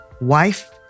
wife